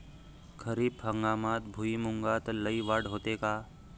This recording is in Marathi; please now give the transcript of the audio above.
खरीप हंगामात भुईमूगात लई वाढ होते का?